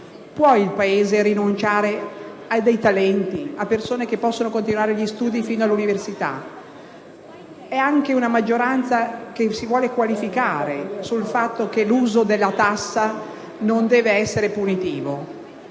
Può il Paese rinunciare a talenti e a persone che potrebbero continuare gli studi fino all'università? La maggioranza vuole qualificarsi sul fatto che l'uso della tassa non deve essere punitivo.